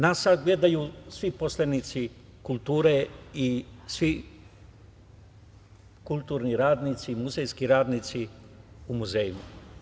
Nas sada gledaju svi poslanici kulture i svi kulturni radnici, muzejski radnici u muzejima.